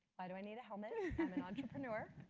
why do i need a helmet? i'm an entrepreneur.